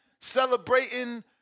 celebrating